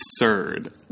absurd